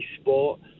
sport